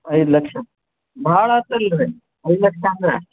ಐದು ಲಕ್ಷ ಭಾಳ ಆಯ್ತಲ್ ರೀ ಐದು ಲಕ್ಷ ಅಂದರೆ